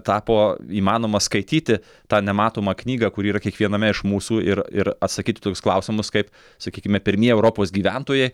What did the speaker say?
tapo įmanoma skaityti tą nematomą knygą kuri yra kiekviename iš mūsų ir ir atsakyti į tokius klausimus kaip sakykime pirmieji europos gyventojai